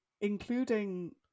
including